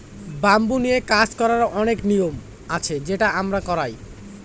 bamboo নিয়ে কাজ করার অনেক নিয়ম আছে সেটা আমরা করায়